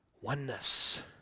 Oneness